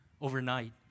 overnight